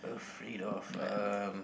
afraid of um